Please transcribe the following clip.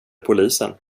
polisen